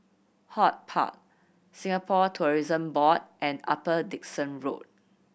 HortPark Singapore Tourism Board and Upper Dickson Road